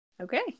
Okay